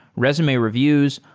resume reviews,